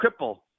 cripple